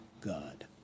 God